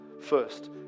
first